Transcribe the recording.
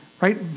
right